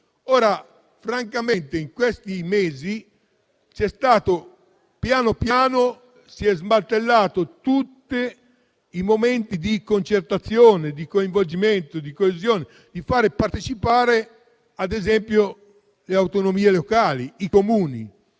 Francamente, in questi mesi, piano piano, sono stati smantellati tutti i momenti di concertazione, coinvolgimento e coesione, per far partecipare, ad esempio, le autonomie locali e i Comuni.